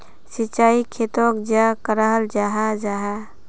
सिंचाई खेतोक चाँ कराल जाहा जाहा?